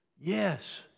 Yes